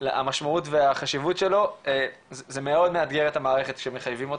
המשמעות והחשיבות שלו זה מאוד מאתגר את המערכת שמחייבים אותה,